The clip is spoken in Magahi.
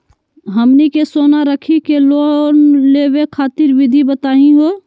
हमनी के सोना रखी के लोन लेवे खातीर विधि बताही हो?